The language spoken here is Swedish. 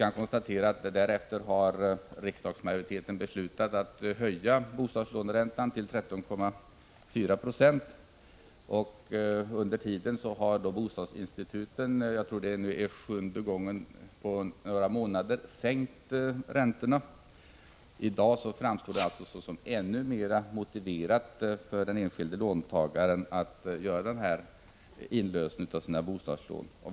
Vi kan konstatera att sedan dess har riksdagsmajoriteten beslutat att höja bostadslåneräntan till 13,4 92 och att bostadsinstituten för, tror jag, sjunde gången på några månader har sänkt räntorna. I dag framstår det alltså såsom ännu mera motiverat för den enskilde låntagaren att göra en sådan inlösen av sina bostadslån.